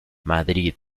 madrid